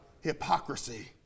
Hypocrisy